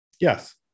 Yes